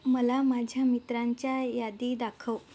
मला माझ्या मित्रांच्या यादी दाखव